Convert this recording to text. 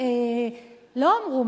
לא אמרו,